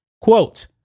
Quote